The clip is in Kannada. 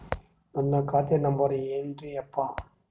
ನನ್ನ ಖಾತಾ ನಂಬರ್ ಏನ್ರೀ ಯಪ್ಪಾ?